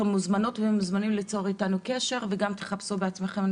אתן מוזמנות ומוזמנים ליצור אתנו קשר וגם תחפשו בעצמכם,